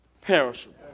perishable